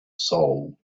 soul